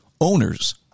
owners